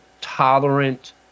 tolerant